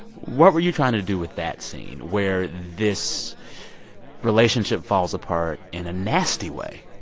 what were you trying to do with that scene where this relationship falls apart in a nasty way?